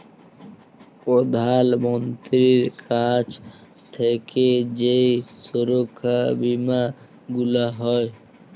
প্রধাল মন্ত্রীর কাছ থাক্যে যেই সুরক্ষা বীমা গুলা হ্যয়